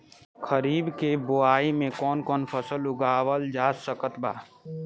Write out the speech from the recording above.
खरीब के बोआई मे कौन कौन फसल उगावाल जा सकत बा?